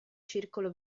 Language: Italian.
circolo